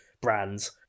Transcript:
brands